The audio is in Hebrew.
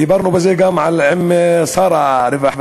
דיברנו על זה גם עם שר הרווחה,